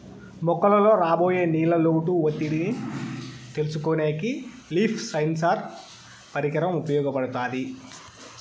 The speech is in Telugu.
మొక్కలలో రాబోయే నీళ్ళ లోటు ఒత్తిడిని తెలుసుకొనేకి లీఫ్ సెన్సార్ పరికరం ఉపయోగపడుతాది